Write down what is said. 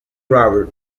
robert